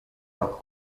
leur